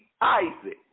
Isaac